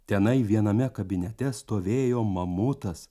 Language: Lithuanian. tenai viename kabinete stovėjo mamutas